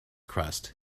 crust